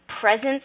presence